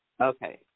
Okay